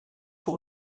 für